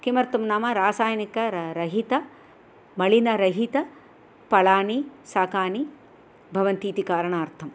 किमर्थं नाम रासायनिक र रहितमलिनरहितफलानि शाकानि भवन्तीति कारणार्थं